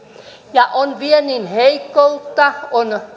on viennin heikkoutta